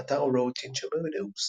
באתר Rotten Tomatoes